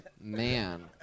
Man